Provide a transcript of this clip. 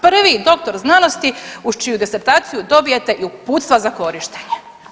Prvi doktor znanosti uz čiju disertaciju dobijete i uputstva za korištenje.